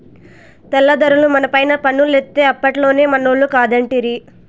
తెల్ల దొరలు మనపైన పన్నులేత్తే అప్పట్లోనే మనోళ్లు కాదంటిరి